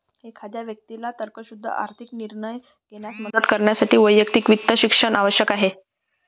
एखाद्या व्यक्तीला तर्कशुद्ध आर्थिक निर्णय घेण्यास मदत करण्यासाठी वैयक्तिक वित्त शिक्षण आवश्यक आहे